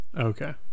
Okay